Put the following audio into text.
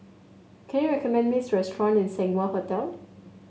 can you recommend me restaurant near Seng Wah Hotel